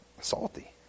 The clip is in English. Salty